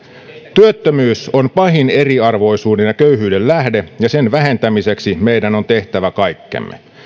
työttömyys on pahin eriarvoisuuden ja köyhyyden lähde ja sen vähentämiseksi meidän on tehtävä kaikkemme